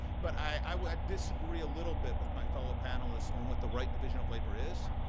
but i would disagree a little bit with my fellow panelists on what the right division of labor is.